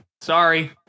sorry